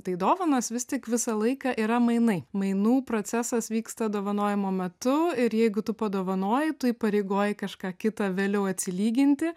tai dovanos vis tik visą laiką yra mainai mainų procesas vyksta dovanojimo metu ir jeigu tu padovanojai tu įpareigoji kažką kitą vėliau atsilyginti